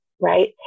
right